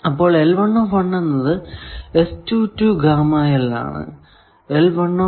അപ്പോൾ എന്നത് ആണ്